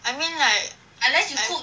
I mean like I